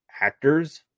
actors